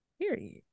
Period